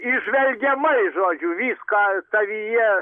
įžvelgiamai žodžiu viską savyje